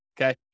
Okay